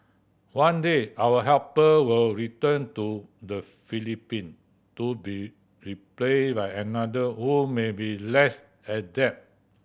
one day our helper will return to the Philippine to be replaced by another who may be less adept